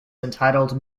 entitled